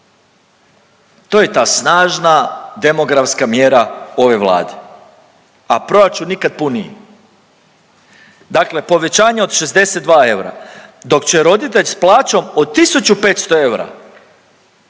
To je ta snažna demografska mjera ove Vlade, a proračun nikad puniji. Dakle povećanje od 62 eura dok će roditelj s plaćom od 1.500 eura